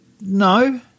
no